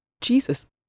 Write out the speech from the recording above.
Jesus